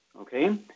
Okay